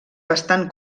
bastant